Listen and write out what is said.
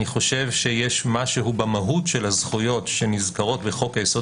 יש משהו במהות הזכויות שנזכרות בחוק היסוד